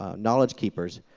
ah knowledge keepers,